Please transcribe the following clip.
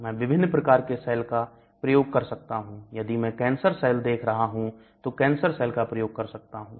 मैं विभिन्न प्रकार के सेल का प्रयोग कर सकता हूं यदि में कैंसर सेल देख रहा हूं तो कैंसर सेल का प्रयोग कर सकता हूं